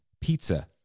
pizza